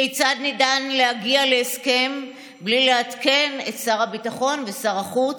כיצד ניתן להגיע להסכם בלי לעדכן את שר הביטחון ואת שר החוץ?